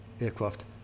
aircraft